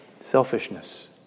Selfishness